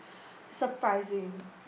surprising